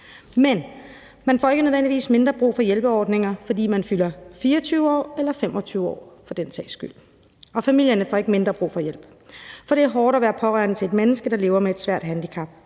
Men man får ikke nødvendigvis mindre brug for hjælpeordninger, fordi man fylder 24 år eller for den sags skyld 25 år, og familierne får ikke mindre brug for hjælp, for det er hårdt at være pårørende til et menneske, der lever med et svært handicap.